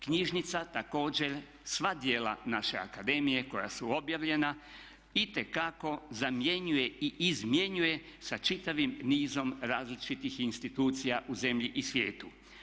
Knjižnica također sva djela naše akademije koja su objavljena itekako zamjenjuje i izmjenjuje sa čitavim nizom različitih institucija u zemlji i svijetu.